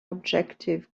objective